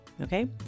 okay